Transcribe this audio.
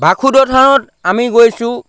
বাসুদেৱ থানত আমি গৈছোঁ